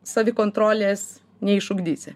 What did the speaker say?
savikontrolės neišugdysi